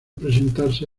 presentarse